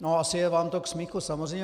No asi je vám to k smíchu, samozřejmě.